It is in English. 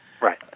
Right